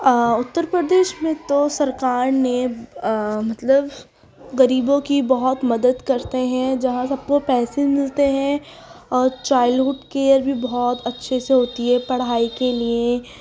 اتر پردیش میں تو سرکار نے مطلب غریبوں کی بہت مدد کرتے ہیں جہاں سب کو پیسے ملتے ہیں اور چائلڈ ہوڈ کیئر بھی بہت اچھے سے ہوتی ہے پڑھائی کے لیے